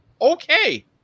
okay